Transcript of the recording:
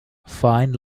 fine